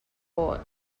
court